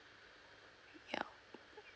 ya